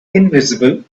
invisible